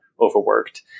overworked